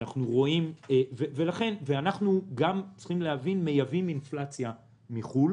לכן צריך להבין שאנחנו גם מייבאים אינפלציה מחו"ל.